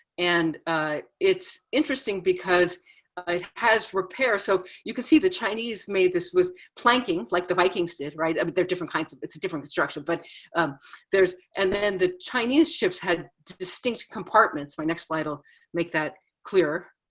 and it's interesting because it has repair. so you can see the chinese made this with planking like the vikings did, right? but they're different kinds. it's a different construction, but there's and then the chinese ships had distinct compartments. my next slide will make that clearer.